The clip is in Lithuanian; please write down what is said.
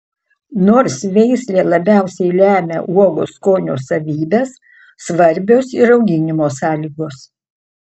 nors veislė labiausiai lemia uogos skonio savybes svarbios ir auginimo sąlygos